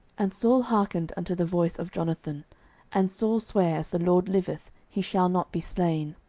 and saul hearkened unto the voice of jonathan and saul sware, as the lord liveth, he shall not be slain.